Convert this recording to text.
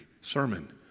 sermon